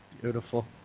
beautiful